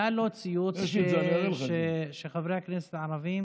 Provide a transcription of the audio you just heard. היה לו ציוץ שחברי הכנסת הערבים